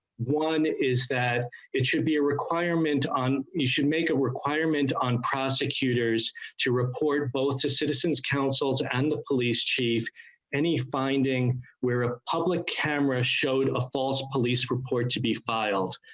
one is that it should be a requirement on he should make a requirement on prosecutors to report both to citizens councils and the police chief any finding where ah public camera showed a false police report to be filed.